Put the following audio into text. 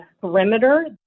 perimeter